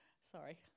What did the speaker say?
sorry